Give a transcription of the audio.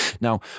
Now